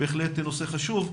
בהחלט נושא חשוב.